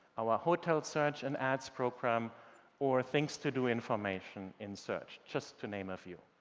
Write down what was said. our hotel search and ads program or things-to-do information in search, just to name a few.